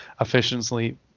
efficiently